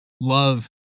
love